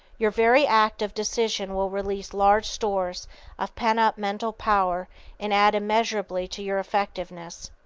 your very act of decision will release large stores of pent-up mental power and add immeasurably to your effectiveness.